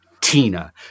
Tina